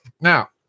Now